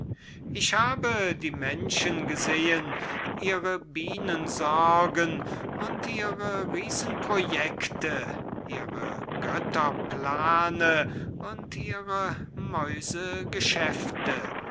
ich habe die menschen gesehen ihre bienensorgen und ihre riesenprojekte ihre götterplane und ihre